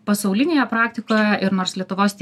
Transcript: pasaulinėje praktikoje ir nors lietuvos